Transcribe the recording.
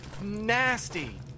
nasty